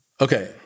Okay